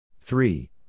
three